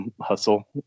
hustle